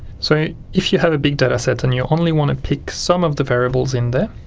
so if you have a big data set and you only want to pick some of the variables in there,